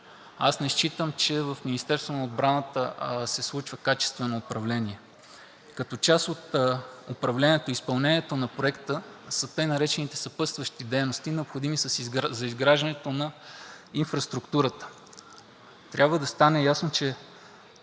Аз не считам, че в Министерството на отбраната се случва качествено управление. Като част от управлението и изпълнението на Проекта са така наречените съпътстващи дейности, необходими за изграждането на инфраструктурата. Трябва да стане ясно, че